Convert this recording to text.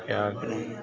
क्या करें